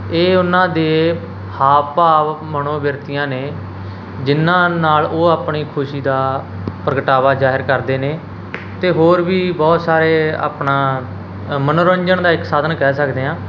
ਇਹ ਉਹਨਾਂ ਦੇ ਹਾਵ ਭਾਵ ਮਨੋਬਿਰਤੀਆਂ ਨੇ ਜਿਹਨਾਂ ਨਾਲ ਉਹ ਆਪਣੀ ਖੁਸ਼ੀ ਦਾ ਪ੍ਰਗਟਾਵਾ ਜਾਹਿਰ ਕਰਦੇ ਨੇ ਅਤੇ ਹੋਰ ਵੀ ਬਹੁਤ ਸਾਰੇ ਆਪਣਾ ਅ ਮਨੋਰੰਜਨ ਦਾ ਇੱਕ ਸਾਧਨ ਕਹਿ ਸਕਦੇ ਹਾਂ